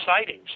sightings